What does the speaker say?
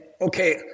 okay